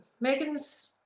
Megan's